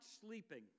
sleeping